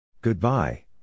Goodbye